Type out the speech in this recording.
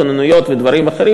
כוננויות ודברים אחרים.